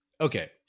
okay